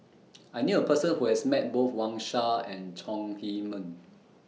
I knew A Person Who has Met Both Wang Sha and Chong Heman